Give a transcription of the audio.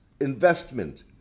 investment